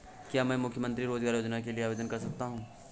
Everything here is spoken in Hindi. क्या मैं मुख्यमंत्री रोज़गार योजना के लिए आवेदन कर सकता हूँ?